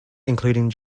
including